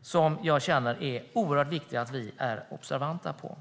som jag känner är oerhört viktig att vi är observanta på.